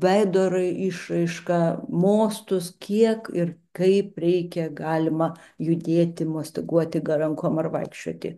veido rai išraiška mostus kiek ir kaip reikia galima judėti mostaguoti rankom ar vaikščioti